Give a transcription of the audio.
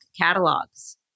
catalogs